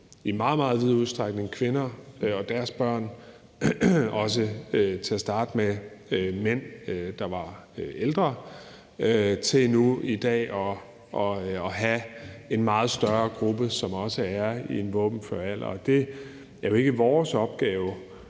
meget vid udstrækning kvinder og deres børn og til at starte med også mænd, der var ældre, til at vi nu i dag har en meget større gruppe, som også er i en våbenfør alder. Det er jo ikke vores opgave